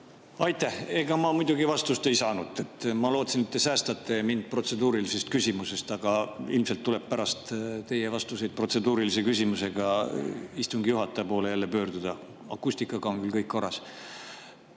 Aitäh! Ega ma muidugi vastust ei saanud. Ma lootsin, et te säästate mind protseduurilisest küsimusest, aga ilmselt tuleb pärast teie vastuseid jälle protseduurilise küsimusega istungi juhataja poole pöörduda. Akustikaga on küll kõik korras.